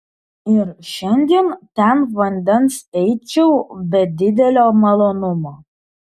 ir šiandien ten vandens eičiau be didelio malonumo